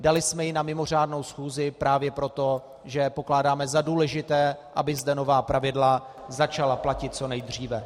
Dali jsme ji na mimořádnou schůzi právě proto, že pokládáme za důležité, aby zde nová pravidla začala platit co nejdříve.